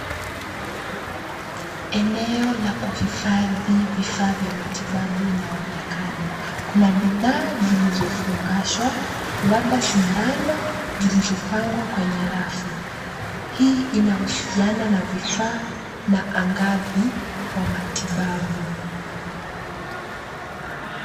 Eneo la kuhifadhi vifaa vya matibabu inaonekana, kuna bidhaa zilizofungashwa labda sindano zilizopangwa kwenye rafu. Hii inahusiana na vifaa na angavi wa matibabu.